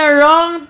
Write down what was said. wrong